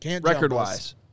record-wise